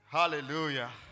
hallelujah